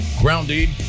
Grounded